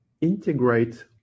integrate